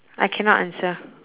I cannot answer